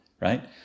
Right